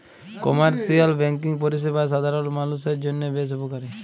commercial banking পরিষেবা সাধারল মালুষের জন্হে বেশ উপকারী